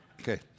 okay